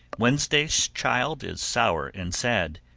wednesday's child is sour and sad,